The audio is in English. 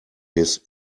his